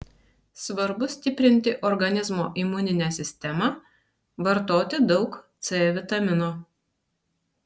svarbu stiprinti organizmo imuninę sistemą vartoti daug c vitamino